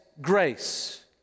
Grace